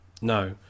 no